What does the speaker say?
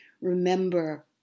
remember